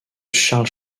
charles